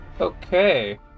Okay